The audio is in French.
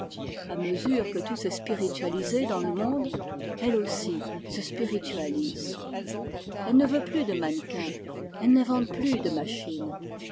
a mesure que tout s'est spiritualisé dans le monde elle aussi se spiritualise elle ne veut plus de mannequin elle n'invente plus de machine